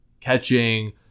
catching